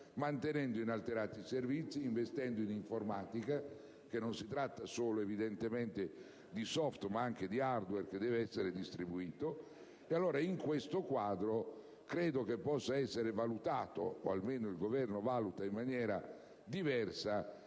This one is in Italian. mantenendo inalterati i servizi e investendo in informatica (è evidente che non si tratta solo di *software*, ma anche di *hardware* che deve essere distribuito). In questo quadro, credo che possa essere valutata - o almeno, così il Governo la valuta - in maniera diversa